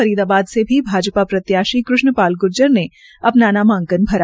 फरीदाबाद से भी भाजपा प्रत्याशी कृष्ण पाल ग्र्जर ने अपना नामांकन भरा